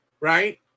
right